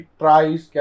price